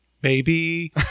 Baby